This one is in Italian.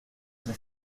tre